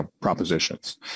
propositions